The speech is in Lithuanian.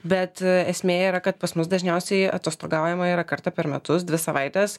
bet esmė yra kad pas mus dažniausiai atostogaujama yra kartą per metus dvi savaites